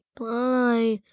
bye